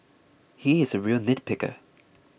he is a real nitpicker